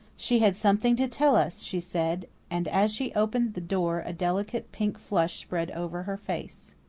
she had something to tell us, she said, and as she opened the door a delicate pink flush spread over her face.